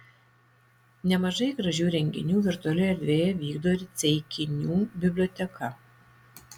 nemažai gražių renginių virtualioje erdvėje vykdo ir ceikinių biblioteka